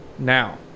Now